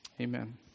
Amen